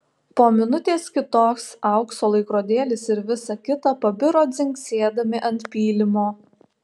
po minutės kitos aukso laikrodėlis ir visa kita pabiro dzingsėdami ant pylimo